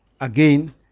again